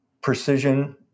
precision